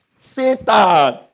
Satan